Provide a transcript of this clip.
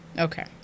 Okay